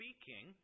speaking